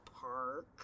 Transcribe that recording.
park